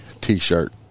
T-shirt